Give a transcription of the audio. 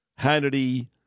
Hannity